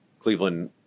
Cleveland